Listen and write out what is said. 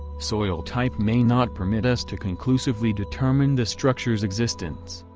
soil type may not permit us to conclusively determine the structure's existence.